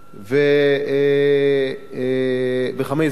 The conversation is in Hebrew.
ובחמי-זוהר,